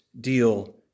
deal